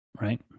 Right